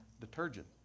detergent